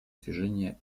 движения